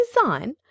design